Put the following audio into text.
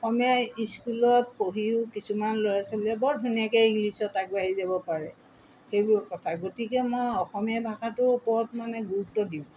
অসমীয়া স্কুলত পঢ়িও কিছুমান ল'ৰা ছোৱালীয়ে বৰ ধুনীয়াকৈ ইংলিছত আগবাঢ়ি যাব পাৰে সেইবোৰ কথা গতিকে মই অসমীয়া ভাষাটোৰ ওপৰত মানে গুৰুত্ব দিওঁ